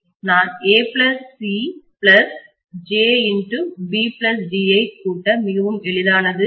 நான் acjbd ஐ கூட்ட மிகவும் எளிதானது என்று சொல்ல முடியும்